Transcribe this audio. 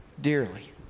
dearly